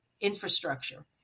infrastructure